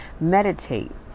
meditate